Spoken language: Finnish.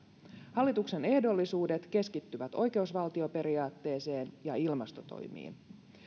hallituksen ehdollisuudet keskittyvät oikeusvaltioperiaatteeseen ja ilmastotoimiin